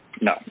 No